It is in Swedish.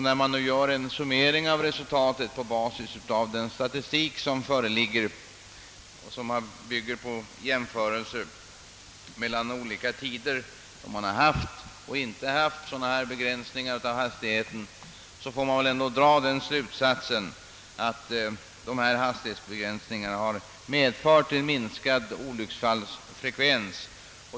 När man gör en summering av resultaten på basis av den statistik som föreligger och som bygger på jämförelser mellan olika tider med och utan sådana begränsningar av hastigheten, kan man dra den slutsatsen att dessa hastighetsbegränsningar har medfört en minskad olycksfallsfrekvens.